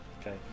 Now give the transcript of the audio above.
Okay